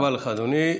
תודה רבה לך, אדוני.